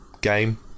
game